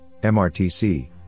MRTC